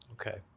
Okay